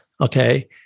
okay